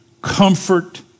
Comfort